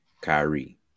Kyrie